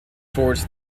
towards